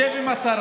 ישב עם השרה,